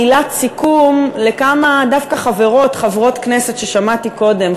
מילת סיכום דווקא לכמה דווקא חברות כנסת ותיקות ששמעתי קודם,